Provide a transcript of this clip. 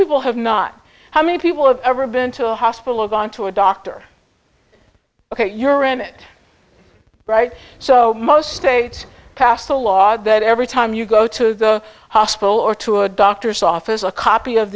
people have not how many people have ever been to a hospital or gone to a doctor ok you're in it right so most states passed a law that every time you go to a hospital or to a doctor's office a copy of